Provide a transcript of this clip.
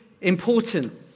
important